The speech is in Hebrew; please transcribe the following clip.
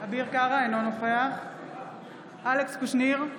אינו נוכח אלכס קושניר,